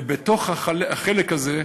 ובתוך החלק הזה,